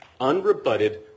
unrebutted